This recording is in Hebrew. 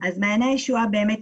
אז מעייני הישועה באמת,